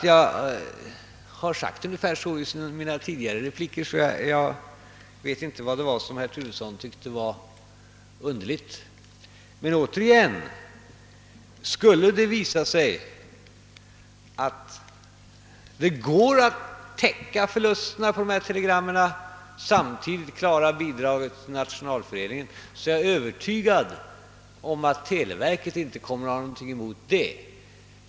Jag har sagt ungefär så i mina tidigare repliker och jag vet inte vad det var herr Turesson tycker är underligt. Skulle det däremot visa sig att det går att täcka förlusterna på dessa telegram och samtidigt lämna bidrag till Nationalföreningen, är jag övertygad om att televerket inte kommer att ha någonting emot det.